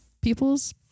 people's